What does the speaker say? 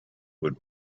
would